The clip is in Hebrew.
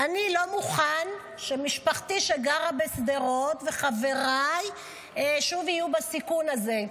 אני לא מוכן שמשפחתי שגרה בשדרות וחבריי שוב יהיו בסיכון הזה.